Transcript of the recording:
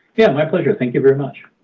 yeah my pleasure, thank you very much.